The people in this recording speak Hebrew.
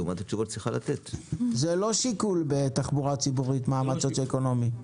זה לא שיקול בתחבורה ציבורית, מעמד סוציואקונומי.